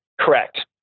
Correct